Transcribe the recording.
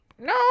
No